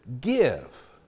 give